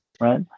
right